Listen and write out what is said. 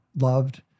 loved